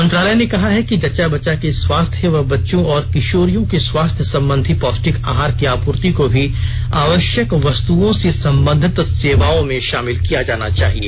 मंत्रालय ने कहा है कि जच्चा बच्चा के स्वास्थ्य बच्चों और किशोरियों के स्वास्थ्य संबंधी पौष्टिक आहार की आपूर्ति को भी आवश्यक वस्तुओं से संबंधित सेवाओं में शामिल किया जाना चाहिए